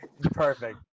Perfect